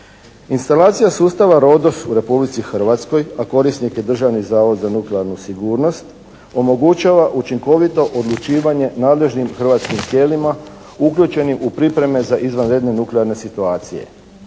Instalacija sustava RODOS u Republici Hrvatskoj, a korisnik je Državni zavod za nuklearnu sigurnost omogućava učinkovito odlučivanje nadležnim hrvatskim tijelima uključenim u pripreme za izvanredne nuklearne situacije.